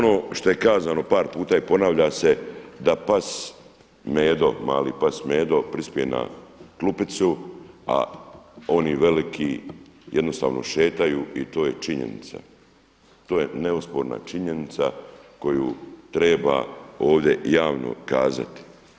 Smatram da ono što je kazano par puta i ponavlja se da pas Medo, mali pas Medo prispije na klupicu, a oni veliki jednostavno šetaju i to je činjenica, to je neosporna činjenica koju treba ovdje javno kazati.